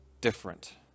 different